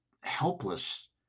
helpless